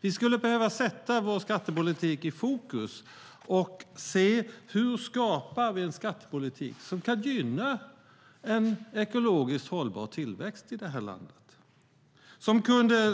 Vi skulle behöva sätta vår skattepolitik i fokus och se hur vi skapar en skattepolitik som kan gynna en ekologiskt hållbar tillväxt i det här landet,